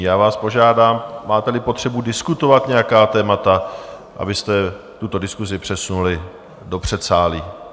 Já vás požádám, máteli potřebu diskutovat nějaká témata, abyste tuto diskusi přesunuli do předsálí.